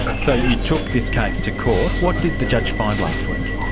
so you took this case to court. what did the judge find last week?